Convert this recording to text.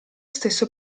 stesso